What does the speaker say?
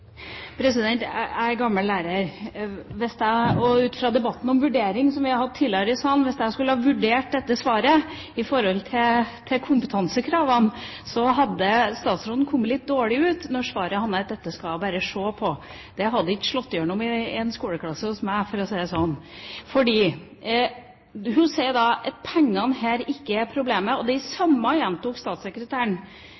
Jeg er gammel lærer. Hvis jeg, ut fra debatten om vurdering som vi har hatt tidligere, skulle ha vurdert dette svaret i forhold til spørsmålet om kompetansekrav, så hadde statsråden kommet litt dårlig ut når svaret bare handler om at dette skal man se på. Det hadde ikke slått igjennom i en skoleklasse hos meg, for å si det sånn. Hun sier at pengene her ikke er problemet. Det samme gjentok statssekretæren hennes litt tidligere. Da uttalte to lærere fra Utdanningsforbundet i